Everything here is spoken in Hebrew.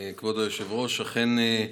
כבוד היושב-ראש, אכן,